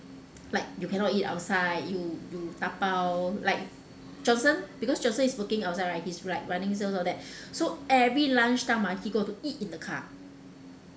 like you cannot eat outside you you dabao like johnson because johnson is working outside right he's like running sales all that so every lunchtime ah he go to eat in the car